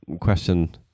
question